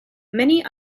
many